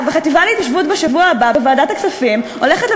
במסווה של חקיקה והוראת שעה אתם נותנים